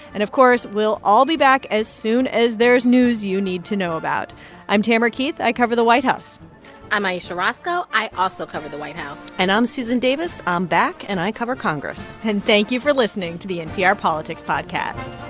and of course, we'll all be back as soon as there's news you need to know about i'm tamara keith. i cover the white house i'm ayesha rascoe. i also cover the white house and i'm susan davis. i'm um back, and i cover congress and thank you for listening to the npr politics podcast